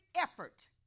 effort